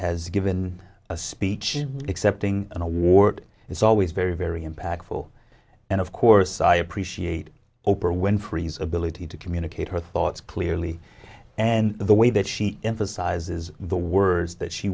has given a speech accepting an award it's always very very impactful and of course i appreciate oprah winfrey's ability to communicate her thoughts clearly and the way that she emphasizes the words that she